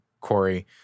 Corey